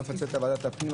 את ועדת הפנים,